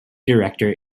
director